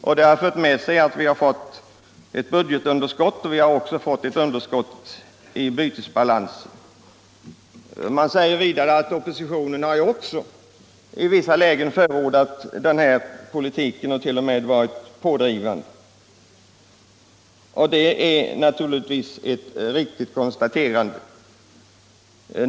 Detta har ofrånkomligt fört med sig ett budgetunderskott och ett underskott i bytesbalansen. Man säger vidare att oppositionen också i vissa lägen har förordat denna politik och t.o.m. varit pådrivande. Det är naturligtvis ett riktigt konstaterande.